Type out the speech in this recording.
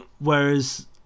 Whereas